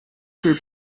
group